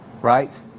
right